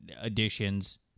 additions